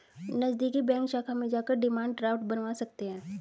नज़दीकी बैंक शाखा में जाकर डिमांड ड्राफ्ट बनवा सकते है